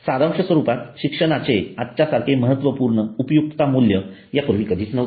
सारांश स्वरूपात शिक्षणाचे आजच्यासारखे महत्त्वापूर्ण उपयुक्तता मूल्य यापूर्वी कधीच नव्हते